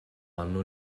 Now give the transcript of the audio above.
anno